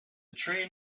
train